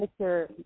Mr